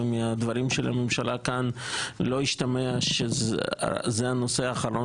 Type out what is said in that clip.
ומהדברים של הממשלה כאן לא השתמע שזה הנושא האחרון